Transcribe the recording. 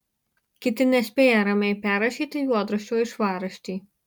kiti nespėja ramiai perrašyti juodraščio į švarraštį